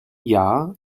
jahr